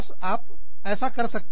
आप बस ऐसा कर सकते हैं